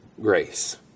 grace